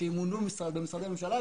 שימונו במשרדי ממשלה,